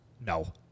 No